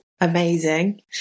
amazing